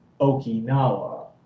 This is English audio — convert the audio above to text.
Okinawa